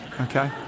okay